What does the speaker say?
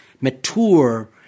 mature